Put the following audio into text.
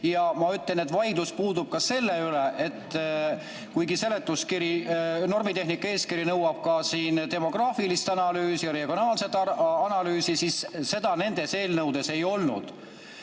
Ma ütlen, et vaidlus puudub ka selle üle: kuigi seletuskiri, normitehnika eeskiri nõuab ka siin demograafilist analüüsi ja regionaalset analüüsi, siis seda nendes eelnõudes ei olnud.